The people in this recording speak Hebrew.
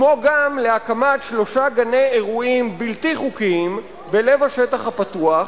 וגם להקמת שלושה גני אירועים בלתי חוקיים בלב השטח הפתוח,